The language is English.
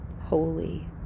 holy